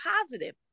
positive